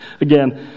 Again